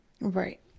right